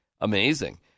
amazing